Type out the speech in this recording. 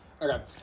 Okay